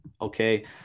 okay